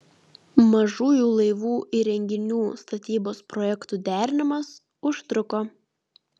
mažųjų laivų įrenginių statybos projektų derinimas užtruko